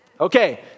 Okay